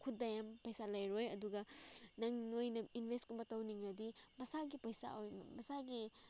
ꯈꯨꯠꯇ ꯌꯥꯝ ꯄꯩꯁꯥ ꯂꯩꯔꯣꯏ ꯑꯗꯨꯒ ꯅꯪ ꯅꯣꯏꯅ ꯏꯟꯚꯦꯁꯀꯨꯝꯕ ꯇꯧꯅꯤꯡꯉꯗꯤ ꯃꯁꯥꯒꯤ ꯄꯩꯁꯥ ꯃꯁꯥꯒꯤ